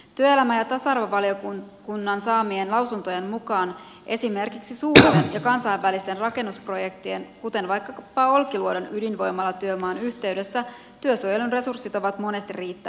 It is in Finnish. työelämä ja tasa arvovaliokunnan saamien lausuntojen mukaan esimerkiksi suurten ja kansainvälisten rakennusprojektien kuten vaikkapa olkiluodon ydinvoimalatyömaan yhteydessä työsuojelun resurssit ovat monesti riittämättömät